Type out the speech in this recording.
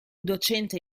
docente